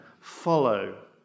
follow